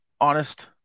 honest